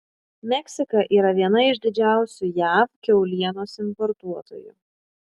meksika yra viena iš didžiausių jav kiaulienos importuotojų